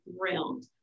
thrilled